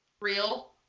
real